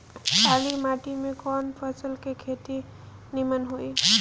काली माटी में कवन फसल के खेती नीमन होई?